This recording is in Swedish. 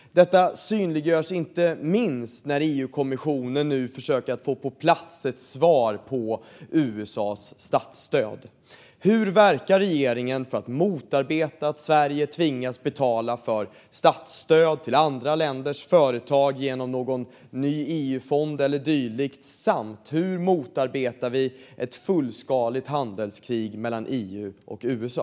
Detta synliggörs inte minst när EU-kommissionen försöker få på plats ett svar på USA:s statsstöd. Hur verkar regeringen för att motarbeta att Sverige tvingas betala för statsstöd till andra länders företag genom någon ny EU-fond eller dylikt? Hur motarbetar vi ett fullskaligt handelskrig mellan EU och USA?